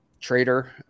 trader